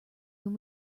when